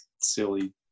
silly